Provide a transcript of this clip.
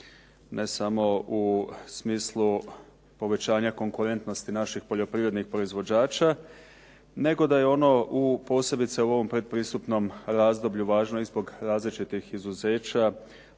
ne samo u smislu povećanja konkurentnosti naših poljoprivrednih proizvođača nego da je ono u posebice u ovom predpristupnom razdoblju važno i zbog različitih izuzeća